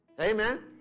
Amen